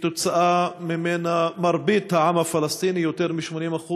שכתוצאה ממנה מרבית העם הפלסטיני, יותר מ-80%,